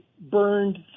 burned